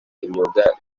imyuga